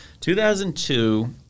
2002